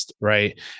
right